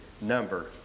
number